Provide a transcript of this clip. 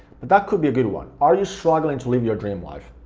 but that could be a good one. are you struggling to live your dream life?